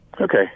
okay